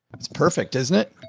that's perfect. isn't it.